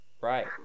right